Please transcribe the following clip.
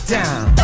down